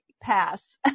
pass